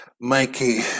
mikey